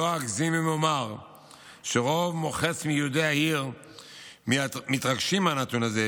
לא אגזים אם אומר שרוב מוחץ מיהודי העיר מתרגשים מהנתון הזה,